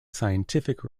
scientific